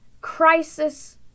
crisis